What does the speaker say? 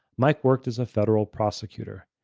mike worked as a federal prosecutor.